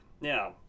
Now